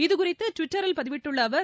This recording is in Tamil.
இதுகுறித்து டுவிட்டரில் பதிவிட்டுள்ள அவர்